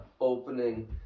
opening